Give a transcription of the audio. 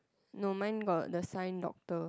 no mine got the sign doctor